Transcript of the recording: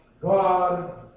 God